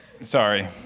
Sorry